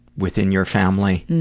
within your family.